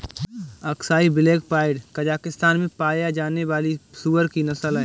Aksai Black Pied Kazakhstan में पाया जाने वाली सूअर की नस्ल है